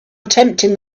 attempting